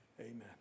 Amen